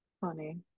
Funny